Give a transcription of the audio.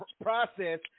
process